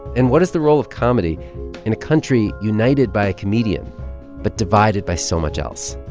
and what is the role of comedy in a country united by a comedian but divided by so much else?